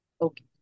Okay